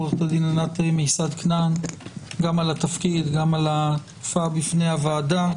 עו"ד עינת מיסד כנען על התפקיד ועל ההופעה בפני הועדה.